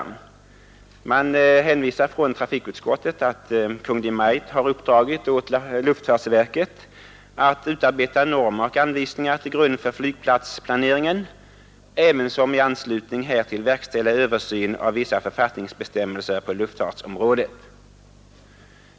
Trafikutskottet hänvisar till att Kungl. Maj:t har uppdragit åt luftfartsverket att ”utarbeta normer och anvisningar till grund för flygplatsplaneringen ävensom i anslutning härtill verkställa översyn av vissa författningsbestämmelser på luftfartsområdet”.